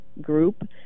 group